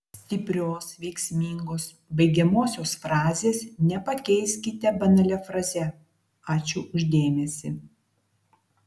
stiprios veiksmingos baigiamosios frazės nepakeiskite banalia fraze ačiū už dėmesį